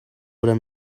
oder